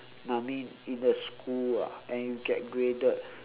I mean in the school ah and you get graded